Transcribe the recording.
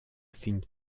think